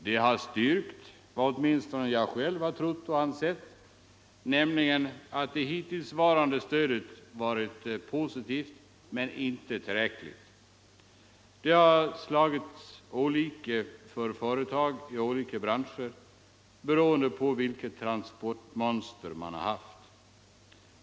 Det har styrkt vad åtminstone jag själv trott och ansett, nämligen att det hittillsvarande stödet varit positivt men inte tillräckligt. Det har slagit olika för företag i olika branscher beroende på vilket transportmönster man har haft.